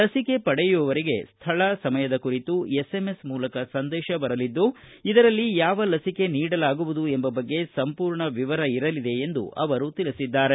ಲಸಿಕೆ ಪಡೆಯುವವರಿಗೆ ಸ್ಥಳ ಸಮಯದ ಕುರಿತು ಎಸ್ಎಂಎಸ್ ಮೂಲಕ ಸಂದೇತ ಬರಲಿದ್ದು ಇದರಲ್ಲಿ ಯಾವ ಲಸಿಕೆ ನೀಡಲಾಗುವುದು ಎಂಬ ಬಗ್ಗೆ ಸಂಪೂರ್ಣ ವಿವರ ಇರಲಿದೆ ಎಂದು ತಿಳಿಸಿದ್ದಾರೆ